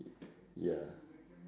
ya